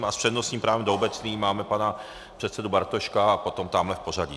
S přednostním právem do obecné máme pana předsedu Bartoška a potom pořadí.